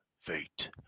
Fate